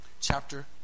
chapter